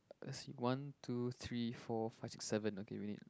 let's see one two three four five six seven okay we need